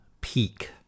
Peak